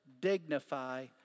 dignify